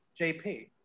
JP